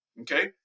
Okay